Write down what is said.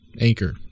Anchor